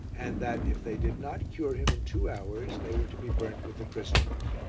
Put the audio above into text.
and that if they did not cure him in two hours they were to be burnt with the christians.